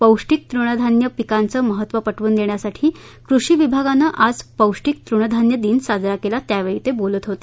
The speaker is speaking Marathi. पौष्टिक तुणधान्य पिकांचं महत्त्व पटवून देण्यासाठी कृषि विभागानं आज पौष्टिक तुणधान्य दिन साजरा केला त्यावेळी ते बोलत होते